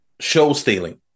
show-stealing